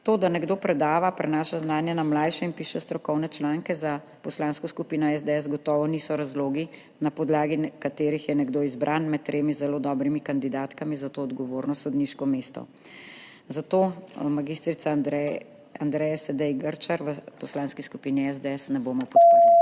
To, da nekdo predava, prenaša znanje na mlajše in piše strokovne članke, za Poslansko skupino SDS gotovo niso razlogi, na podlagi katerih je nekdo izbran med tremi zelo dobrimi kandidatkami za to odgovorno sodniško mesto. Zato mag. Andreje Sedej Grčar v Poslanski skupini SDS ne bomo podprli.